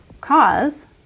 cause